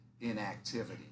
inactivity